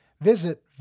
visit